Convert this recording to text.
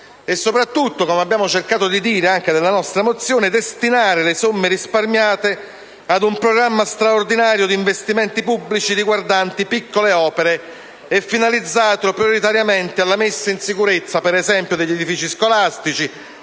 e soprattutto, come abbiamo cercato di dire anche nella nostra mozione, destinare le somme risparmiate ad un programma straordinario di investimenti pubblici riguardanti piccole opere e finalizzati prioritariamente alla messa in sicurezza, per esempio, degli edifici scolastici